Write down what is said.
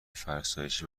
فرسایشی